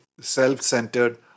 self-centered